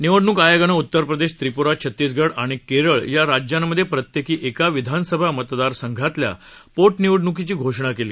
निवडणूक आयोगानं उत्तरप्रदेश त्रिपुरा छत्तीसगड आणि केरळ या राज्यांमधे प्रत्येकी एका विधानसभा मतदारसंघातल्या पोटनिवडणूकीची घोषणा आज केली